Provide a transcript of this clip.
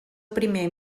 primer